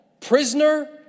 prisoner